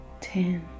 ten